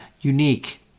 unique